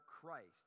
Christ